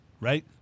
right